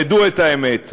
תדעו את האמת.